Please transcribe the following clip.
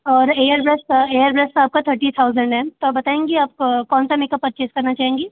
और air brush air brush का आपका थर्टी थाउज़ंड है तो बताएँगी आप कौन सा मेकअप परचेज करना चाहेंगी